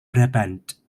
brabant